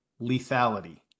lethality